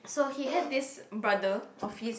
so he has this brother of his